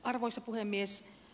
arvoisa puhemies